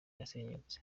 zasenyutse